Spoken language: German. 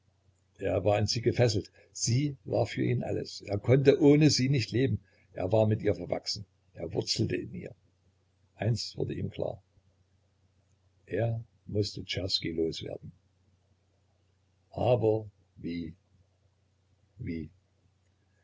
er war an sie gefesselt sie war für ihn alles er konnte ohne sie nicht leben er war mit ihr verwachsen er wurzelte in ihr eins wurde ihm klar er mußte czerski los werden aber wie wie